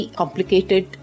complicated